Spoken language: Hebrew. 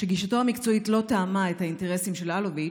"שגישתו המקצועית לא תאמה את האינטרסים של אלוביץ',